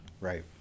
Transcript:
right